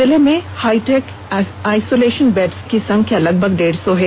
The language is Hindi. जिले में हाईटेक आइसोलेशन बेड्स की संख्या लगभग डेढ़ सौ है